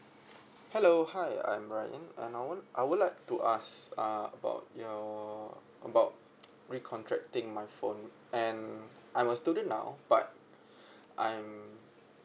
hello hi I'm ryan and I want I would like to ask uh about your about re-contracting my phone and I'm a student now but I'm